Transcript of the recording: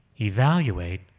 evaluate